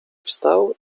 wstał